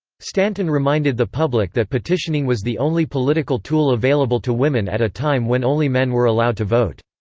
stanton reminded the public that petitioning was the only political tool available to women at a time when only men were allowed to vote.